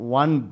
one